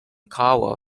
cover